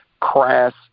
crass